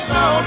no